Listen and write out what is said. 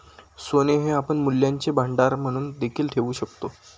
सोने हे आपण मूल्यांचे भांडार म्हणून देखील ठेवू शकतो